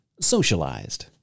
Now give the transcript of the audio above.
socialized